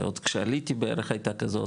ועוד כשעליתי בערך הייתה כזאת.